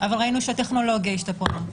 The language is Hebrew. אבל ראינו שהטכנולוגיה השתפרה,